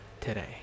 today